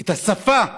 את השפה,